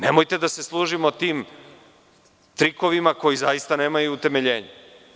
Nemojte da se služimo tim trikovima koji nemaju utemeljenje.